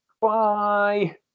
Bye